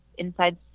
Inside